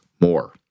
more